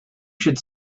should